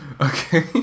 Okay